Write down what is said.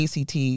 ACT